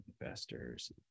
investors